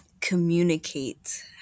communicate